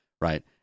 right